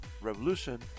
Revolution